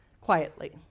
quietly